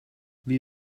wie